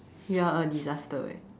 you're a disaster eh